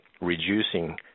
reducing